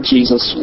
Jesus